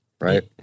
right